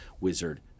wizard